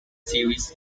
series